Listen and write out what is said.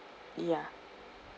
ya